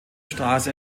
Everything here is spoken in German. straße